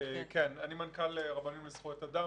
אני מנכ"ל רבנים לזכויות אדם,